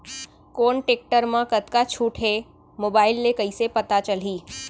कोन टेकटर म कतका छूट हे, मोबाईल ले कइसे पता चलही?